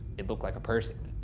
it looked like a person.